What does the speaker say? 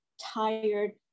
tired